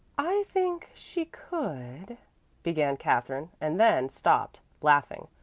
i think she could began katherine, and then stopped, laughing.